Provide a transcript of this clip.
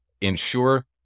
ensure